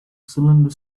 cylinder